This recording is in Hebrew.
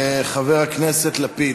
חבר הכנסת לפיד,